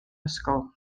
ysgol